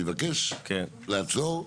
אני מבקש לעצור עכשיו.